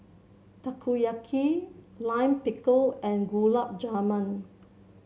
Takoyaki Lime Pickle and Gulab Jamun